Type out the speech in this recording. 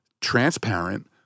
transparent